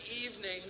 evening